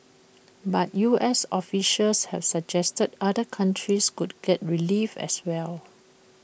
but U S officials have suggested other countries could get relief as well